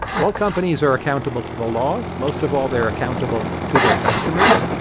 well, companies are accountable to the law. most of all, they're accountable to their customers.